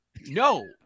no